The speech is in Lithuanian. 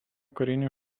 karinių